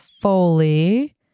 Foley